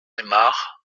aymard